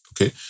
okay